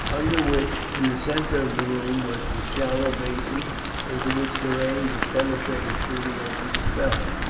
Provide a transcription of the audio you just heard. under which, in the centre of the room, was the shallow basin into which the rain that penetrated through the opening fell.